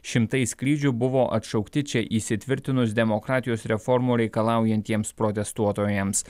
šimtai skrydžių buvo atšaukti čia įsitvirtinus demokratijos reformų reikalaujantiems protestuotojams